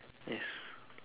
yes